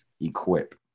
equip